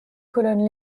colonnes